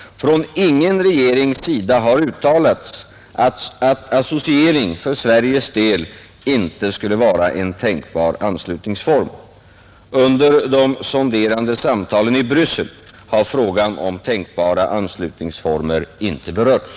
Från ingen regerings sida har uttalats att associering för Sveriges del inte skulle vara en tänkbar anslutningsform. Under de sonderande samtalen i Bryssel har frågan om tänkbara anslutningsformer inte berörts.